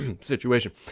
situation